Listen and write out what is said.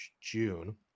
June